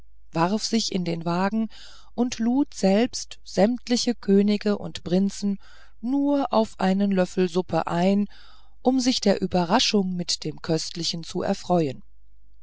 warf sich in den wagen und lud selbst sämtliche könige und prinzen nur auf einen löffel suppe ein um sich der überraschung mit dem köstlichen zu erfreuen